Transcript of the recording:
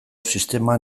sistema